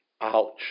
Ouch